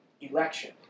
election